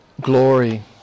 glory